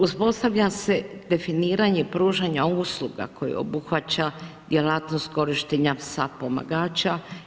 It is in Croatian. Uspostavlja se definiranje pružanja usluga koji obuhvaća djelatnost korištenja psa pomagača.